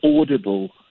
audible